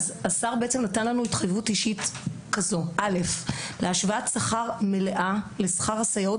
אז השר בעצם נתן לנו התחייבות אישית כזו: להשוואת שכר מלאה לשכר הסייעות